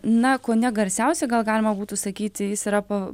na kone garsiausiai gal galima būtų sakyti jis yra pa